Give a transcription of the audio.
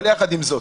אבל יחד עם זאת,